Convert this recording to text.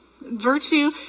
Virtue